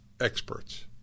experts